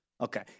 Okay